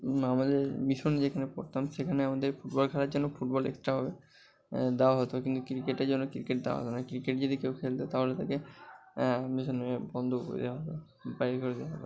আমাদের মিশন যেখানে পড়তাম সেখানে আমাদের ফুটবল খেলার জন্য ফুটবল এক্সট্রাভাবে দেওয়া হতো কিন্তু ক্রিকেটের জন্য ক্রিকেট দেওয়া হতো না ক্রিকেট যদি কেউ খেলতো তাহলে তাকে মিশন থেকে বন্ধ করে দেওয়া হতো বাহির করে দেওয়া হতো